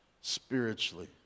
spiritually